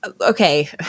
Okay